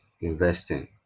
investing